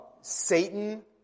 Satan